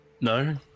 No